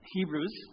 Hebrews